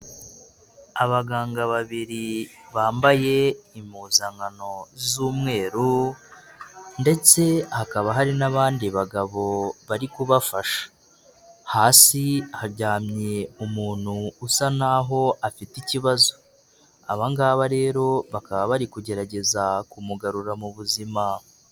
Abaganga babiri bambaye impuzangano z'umweru, ndetse hakaba hari n'abandi bagabo bari kubafasha. Hasi haryamye umuntu usa n'aho afite ikibazo abangaba rero bakaba bari kugerageza kumugarura mu buzima.